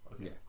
okay